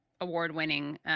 award-winning